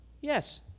Yes